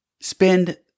spend